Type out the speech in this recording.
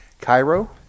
cairo